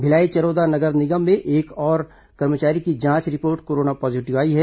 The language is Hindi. भिलाई चरोदा नगर निगम में एक और कर्मचारी की जांच रिपोर्ट कोरोना पॉजीविट आई है